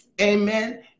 amen